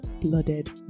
blooded